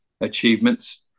achievements